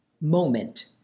moment